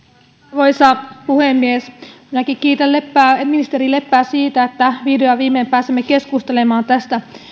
arvoisa puhemies minäkin kiitän ministeri leppää siitä että vihdoin ja viimein pääsemme keskustelemaan tästä